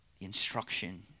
instruction